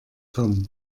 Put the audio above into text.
tom